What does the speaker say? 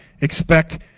expect